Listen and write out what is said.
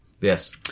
Yes